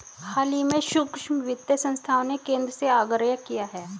हाल ही में सूक्ष्म वित्त संस्थाओं ने केंद्र से आग्रह किया है